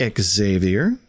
Xavier